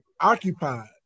occupied